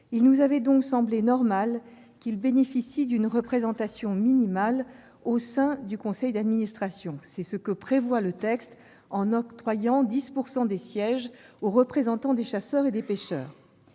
Il nous avait donc semblé normal qu'ils bénéficient d'une représentation minimale au sein du conseil d'administration. Le texte prévoit ainsi d'octroyer 10 % des sièges aux représentants des chasseurs et des pêcheurs.